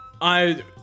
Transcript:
I-